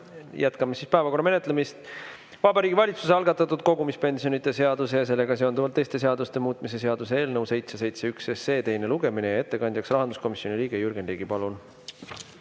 Jätkame päevakorra menetlemist. Vabariigi Valitsuse algatatud kogumispensionide seaduse ja sellega seonduvalt teiste seaduste muutmise seaduse eelnõu 771 teine lugemine. Ettekandja on rahanduskomisjoni liige Jürgen Ligi. Palun!